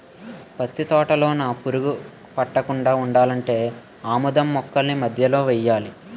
పత్తి తోటలోన పురుగు పట్టకుండా ఉండాలంటే ఆమదం మొక్కల్ని మధ్యలో నెయ్యాలా